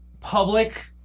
public